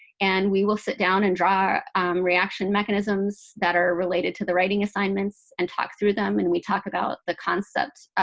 and we will sit down and draw reaction mechanisms that are related to the writing assignments and talk through them. and we talk about the concepts,